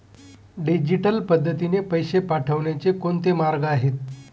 Digital पद्धतीने पैसे पाठवण्याचे कोणते मार्ग आहेत?